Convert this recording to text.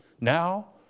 now